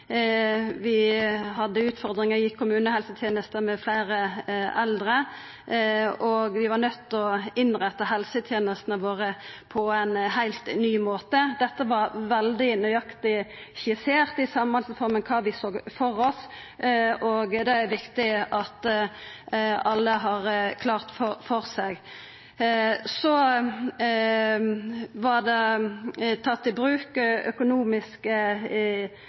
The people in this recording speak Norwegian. vi hadde utfordringar i kommunehelsetenesta med fleire eldre, og vi var nøydde til å innretta helsetenestene våre på ein heilt ny måte. Det var veldig nøyaktig skissert i samhandlingsreforma kva vi såg føre oss, og det er viktig at alle har det klart føre seg. Så var det tatt i bruk